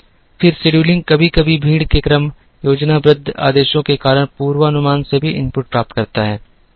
फिर शेड्यूलिंग कभी कभी भीड़ के क्रम योजनाबद्ध आदेशों के कारण पूर्वानुमान से भी इनपुट प्राप्त करता है